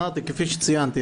כפי שציינתי,